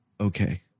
Okay